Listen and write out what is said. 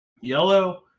Yellow